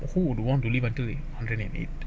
who would want to live until hundred and eight